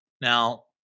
Now